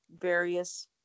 various